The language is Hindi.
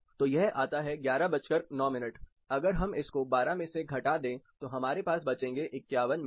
तो यह आता है 1109 अगर हम इसको 12 में से घटा दें तो हमारे पास बचेंगे 51 मिनट